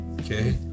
Okay